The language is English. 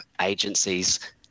agencies